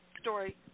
story